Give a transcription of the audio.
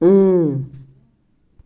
اۭں